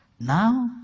Now